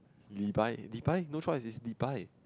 Li-Bai Li-Bai who shot is Li-Bai